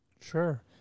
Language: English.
Sure